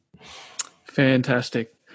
Fantastic